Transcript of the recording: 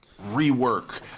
rework